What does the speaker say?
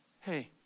Hey